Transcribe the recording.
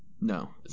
No